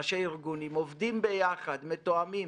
ראש הארגונים, עובדים ביחד, מתואמים.